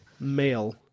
male